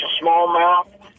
smallmouth